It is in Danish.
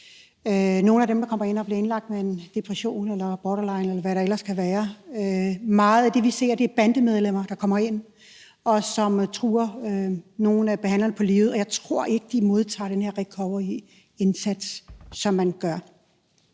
nogen af dem, der bliver indlagt med en depression eller borderline, eller hvad det ellers kan være. Meget af det, vi ser, er, at bandemedlemmer, der kommer ind, truer nogle af behandlerne på livet, og jeg tror ikke, at de modtager den her recoveryindsats, som tilbydes.